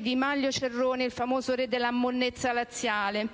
di Manlio Cerroni, il famoso "re della monnezza" laziale,